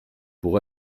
pour